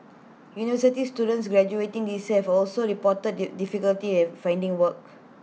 university students graduating this year have also reported difficulty in finding work